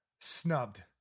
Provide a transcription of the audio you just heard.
snubbed